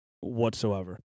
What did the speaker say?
whatsoever